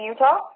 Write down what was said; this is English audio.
Utah